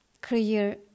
career